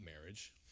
marriage